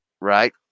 Right